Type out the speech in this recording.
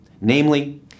namely